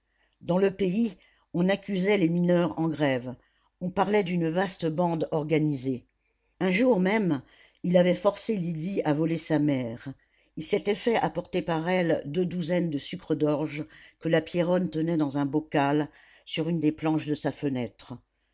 dans le pays on accusait les mineurs en grève on parlait d'une vaste bande organisée un jour même il avait forcé lydie à voler sa mère il s'était fait apporter par elle deux douzaines de sucres d'orge que la pierronne tenait dans un bocal sur une des planches de sa fenêtre